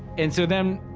and so then,